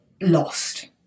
lost